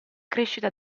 crescita